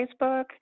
Facebook